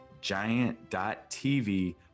giant.tv